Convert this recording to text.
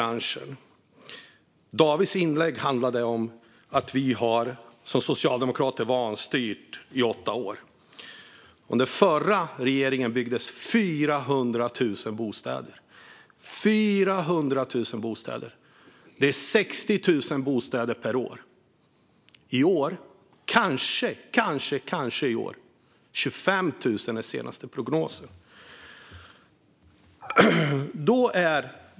David Josefssons inlägg handlade om att vi socialdemokrater har vanstyrt landet under åtta år. Under den förra regeringens tid byggdes 400 000 bostäder. Det är 60 000 bostäder per år. I år kanske det byggs 25 000 enligt den senaste prognosen.